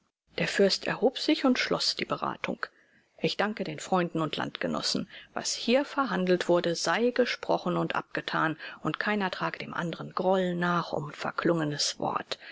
der fürst erhob sich und schloß die beratung ich danke den freunden und landgenossen was hier verhandelt wurde sei gesprochen und abgetan und keiner trage dem anderen groll nach um verklungenes wort